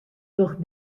doch